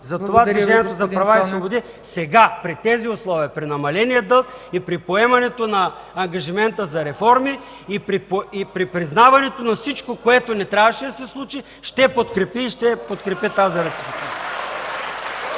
Затова Движението за права и свободи сега, при тези условия – при намаления дълг и при поемането на ангажимента за реформи, и при признаването на всичко, което не трябваше да се случи, ще подкрепи тази ратификация.